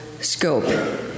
scope